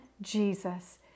Jesus